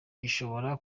gishobora